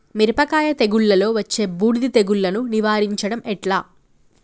మిరపకాయ తెగుళ్లలో వచ్చే బూడిది తెగుళ్లను నివారించడం ఎట్లా?